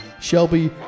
Shelby